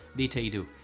dataedo.